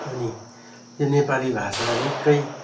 अनि यो नेपाली भाषालाई निक्कै